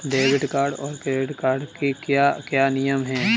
Debit card और credit card के क्या क्या नियम हैं?